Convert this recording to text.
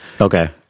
Okay